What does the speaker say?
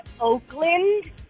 Oakland